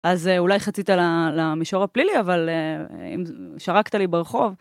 אז אולי חצית למישור הפלילי, אבל אם שרקת לי ברחוב...